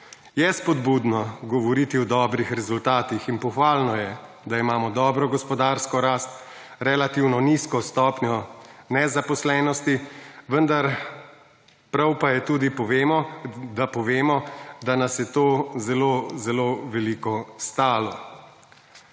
Je spodbudno govoriti o dobrih rezultatih in pohvalno je, da imamo dobro gospodarsko rast, relativno nizko stopnjo nezaposlenosti, vendar prav pa je tudi, da povemo, da nas je to zelo zelo veliko stalo.